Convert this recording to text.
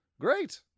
Great